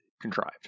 contrived